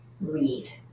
read